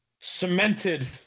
cemented